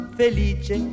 felice